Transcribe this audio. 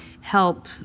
help